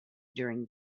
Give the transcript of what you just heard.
during